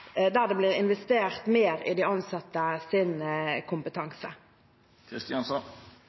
der det blir investert mer i de